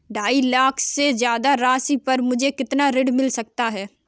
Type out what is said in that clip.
ढाई लाख से ज्यादा राशि पर मुझे कितना ऋण मिल सकता है?